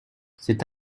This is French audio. c’est